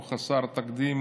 הוא חסר תקדים,